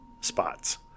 spots